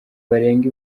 barenga